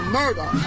murder